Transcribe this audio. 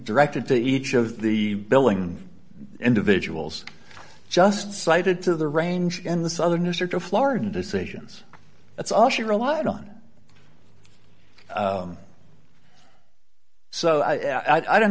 directed to each of the billing individuals just cited to the range in the southern district of florida decisions that's all she relied on so i don't